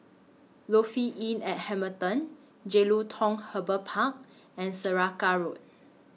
Lofi Inn At Hamilton Jelutung Harbour Park and Saraca Road